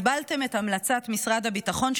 קיבלתם את המלצת משרד הביטחון,